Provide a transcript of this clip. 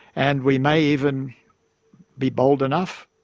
and we may even be bold enough,